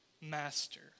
master